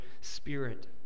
spirit